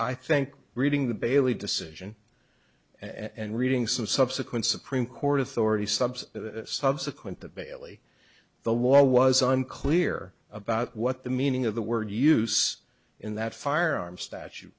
i think reading the bailey decision and reading some subsequent supreme court authority sub's subsequent the bailee the war was unclear about what the meaning of the word use in that firearm statu